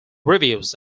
reviews